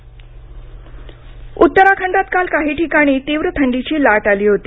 उत्तराखंड हवामान उत्तराखंडात काल काही ठिकाणी तीव्र थंडीची लाट आली होती